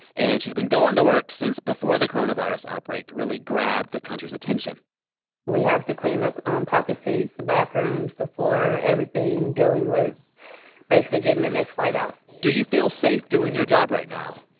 and she's been going to work since before the coronavirus outbreak really grabbed the country's attention we have to clean up um pocket seats, the bathrooms, the floor, everything dealing with basically getting the next flight out do you feel safe doing your job right now?